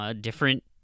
different